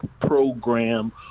program